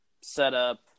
setup